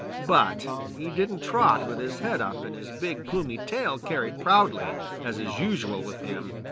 but he didn't trot with his head up and his big plumey tail carried proudly as is usual with him.